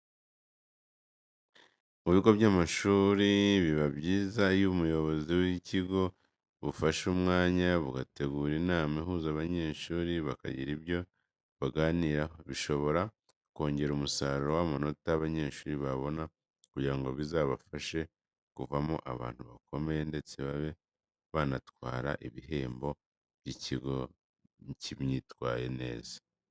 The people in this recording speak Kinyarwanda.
Mu bigo by'amashuri biba byiza iyo ubuyobozi bw'ikigo bufashe umwanya bugategura inama ihuza abanyeshuri bakagira ibyo baganiraho, bishobora kongera umusaruro w'amanota abanyeshuri babona kugira ngo bizabafashe kuvamo abantu bakomeye, ndetse babe banatwara ibihembo by'ikigo cyitawaye neza.